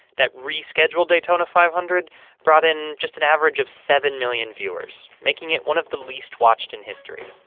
that rescheduled daytona five hundred brought in just an average of seven million viewers, making it one of the least watched in history.